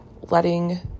letting